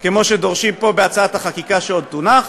כמו שדורשים פה בהצעת החקיקה שעוד תונח,